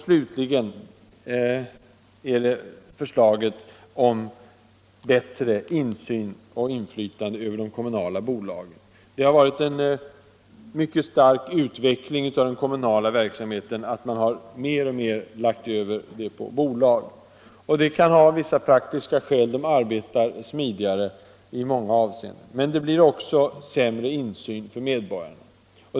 Slutligen är det förslaget om bättre insyn i och inflytande över de kommunala bolagen. Det har varit en mycket stark utveckling som inneburit att man mer och mer har lagt över den kommunala verksamheten på bolag. Det kan ha vissa praktiska skäl. Bolagen arbetar smidigare i många avseenden. Men det blir också sämre insyn för medborgarna.